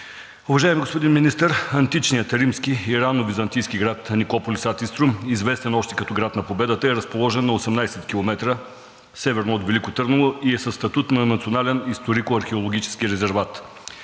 Уважаеми господин Министър, античният римски и ранновизантийски град Никополис ад Иструм, известен още като град на победата, е разположен на 18 км северно от Велико Търново и е със статут на Национален историко-археологически резерват.